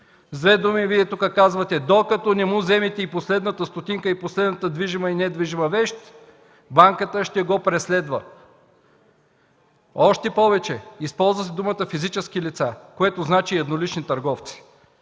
С две думи Вие казвате: докато не му вземете и последната стотинка, и последната движима и недвижима вещ, банката ще го преследва. Още повече, използват се думите „физически лица”, което значи „еднолични търговци”.